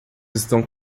estão